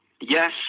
Yes